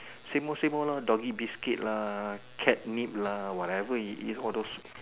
same all same all lor doggie biscuits lah cat meat lah whatever it is all those